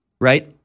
right